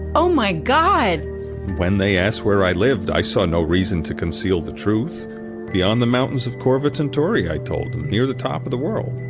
oh, my god when they asked where i lived, i saw no reason to conceal the truth beyond the mountains of corvis centauri i told near the top of the world.